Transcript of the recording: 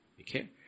Okay